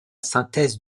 synthèse